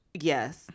Yes